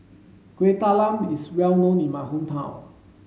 Kueh Talam is well known in my hometown